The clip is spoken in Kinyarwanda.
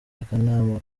akanama